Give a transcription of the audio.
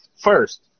first